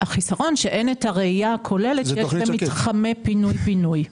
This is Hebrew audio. שאין את הראייה הכוללת של מתחמי פינוי-בינוי.